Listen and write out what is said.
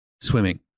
swimming